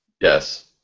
Yes